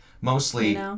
Mostly